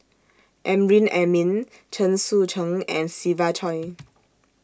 Amrin Amin Chen Sucheng and Siva Choy